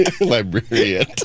librarian